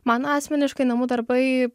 man asmeniškai namų darbai